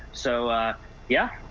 so yeah.